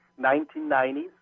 1990s